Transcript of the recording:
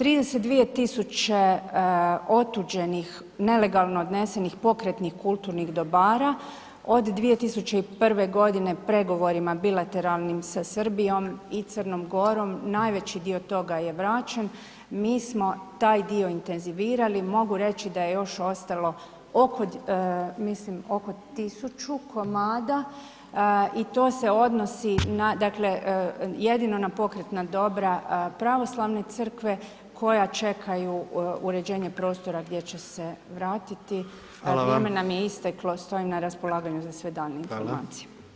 32.000 otuđenih, nelegalno odnesenih pokretnih kulturnih dobara od 2001.g. pregovorima bilateralnim sa Srbijom i Crnom Gorom najveći dio toga je vraćen, mi smo taj dio intenzivirali, mogu reći da je još ostalo, mislim oko 1000 komada i to se odnosi na, dakle jedino na pokretna dobra Pravoslavne crkve koja čekaju uređenje prostora gdje će se vratiti …/Hvala vam/…, a vrijeme nam je isteklo, stojim na raspolaganju za sve daljnje informacije.